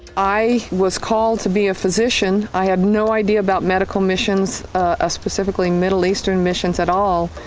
i was called to be a physician. i had no idea about medical missions, ah specifically middle eastern missions at all,